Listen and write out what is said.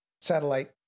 satellite